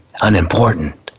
unimportant